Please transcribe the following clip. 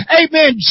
amen